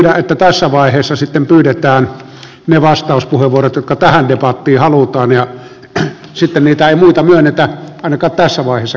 ja nyt minä pyydän että tässä vaiheessa sitten pyydetään ne vastauspuheenvuorot jotka tähän debattiin halutaan ja sitten niitä ei muita myönnetä ainakaan tässä vaiheessa keskustelua